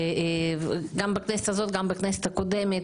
גם בכנסת הזאת וגם בכנסת הקודמת.